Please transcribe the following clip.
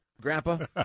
Grandpa